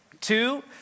Two